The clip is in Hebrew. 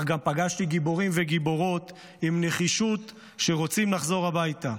אך גם פגשתי גיבורים וגיבורות עם נחישות שרוצים לחזור הביתה.